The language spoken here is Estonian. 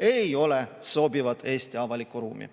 ei ole sobivad Eesti avalikku ruumi.